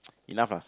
enough lah